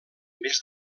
més